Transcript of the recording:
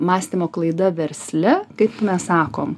mąstymo klaida versle kaip mes sakom